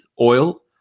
oil